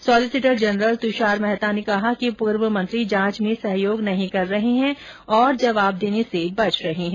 solicitor general Tushar Mehta ने कहा कि पूर्व मंत्री जांच में सहयोग नहीं कर रहे हैं और जवाब देने से बच रहे हैं